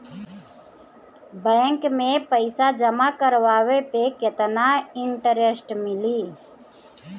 Bank में पईसा जमा करवाये पर केतना इन्टरेस्ट मिली?